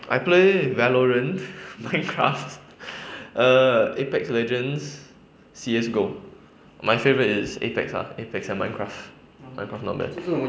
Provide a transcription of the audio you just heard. I play valorant minecraft err apex legends C_S_GO my favourite is apex ah apex and minecraft minecraft not bad